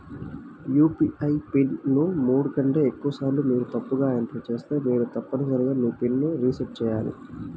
UPI PIN ను మూడు కంటే ఎక్కువసార్లు మీరు తప్పుగా ఎంటర్ చేస్తే మీరు తప్పనిసరిగా మీ పిన్ ను రీసెట్ చేయాలి